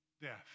death